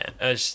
man